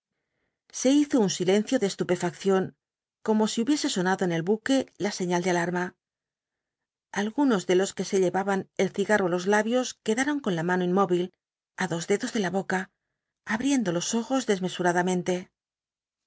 se hizo un silencio de estupefacción como si hubiese sonado en el buque la señal de alarma algunos de los que se llevaban el cigarro á los labios quedaron con la mano inmóvil á dos dedos de la boca abriendo los ojos desmesuradamente